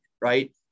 right